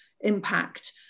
impact